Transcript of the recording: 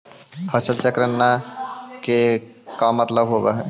फसल चक्र न के का मतलब होब है?